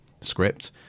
script